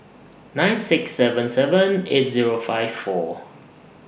nine six seven seven eight Zero five four